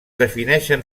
defineixen